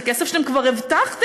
זה כסף שאתם כבר הבטחתם.